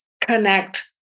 connect